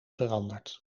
veranderd